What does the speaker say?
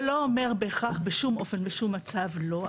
זה לא אומר בהכרח שבשום אופן ובשום מצב לא,